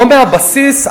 לא מהבסיס,